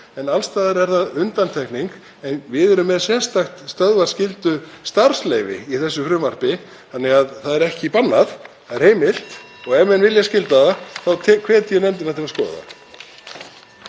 en alls staðar er það undantekning. Við erum með sérstakt stöðvaskyldustarfsleyfi í þessu frumvarpi þannig að það er ekki bannað, það er heimilt. Ef menn vilja skylda það hvet ég nefndina til að skoða það.